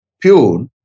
Pure